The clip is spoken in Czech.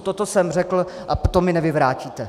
Toto jsem řekl a to mi nevyvrátíte.